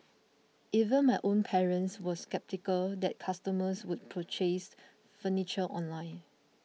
even my own parents were sceptical that customers would purchase furniture online